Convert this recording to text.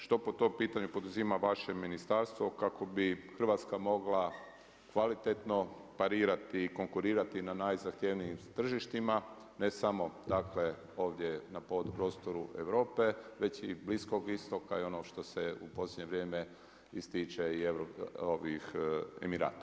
Što po tom pitanju poduzima vaše ministarstvo kako bi Hrvatska mogla kvalitetno parirati i konkurirati na najzahtjevnijim tržištima, ne samo ovdje na prostoru Europe već i Bliskog Istoka i ono što se u posljednje vrijeme ističe i Emirata.